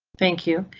thank you,